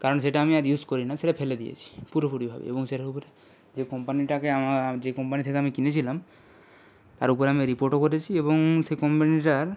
কারণ সেটা আমি আর ইউস করি না সেটা ফেলে দিয়েছি পুরোপুরিভাবে এবং সেটাও উপরে যে কোম্পানিটাকে আমার যে কোম্পানি থেকে কিনেছিলাম তার ওপরে আমি রিপোর্টও করেছি এবং সে কোম্পানিটার